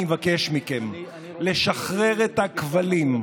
אני מבקש מכם לשחרר את הכבלים.